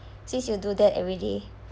since you do that everyday